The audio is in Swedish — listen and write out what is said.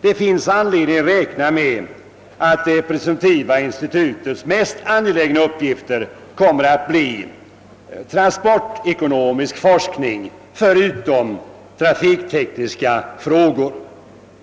Det finns anledning räkna med att det presumtiva institutets mest angelägna uppgift vid sidan av trafiktekniska frågor kommer att bli transportekonomisk forskning.